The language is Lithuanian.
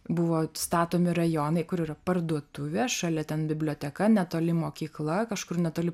buvo statomi rajonai kur yra parduotuvė šalia ten biblioteka netoli mokykla kažkur netoli